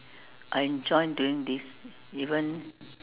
I enjoy doing this even